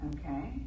Okay